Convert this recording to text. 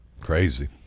Crazy